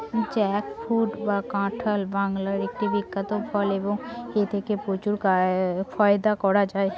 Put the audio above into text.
jackfruit বা কাঁঠাল বাংলার একটি বিখ্যাত ফল এবং এথেকে প্রচুর ফায়দা করা য়ায়